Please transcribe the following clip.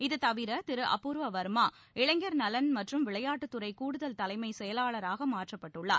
இது தவிர திரு அபூர்வ வா்மா இளைஞர் நலன் மற்றும் விளையாட்டுத் துறை கூடுதல் தலைமை செயலாளராக மாற்றப்பட்டுள்ளார்